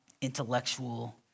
intellectual